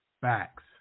Facts